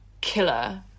killer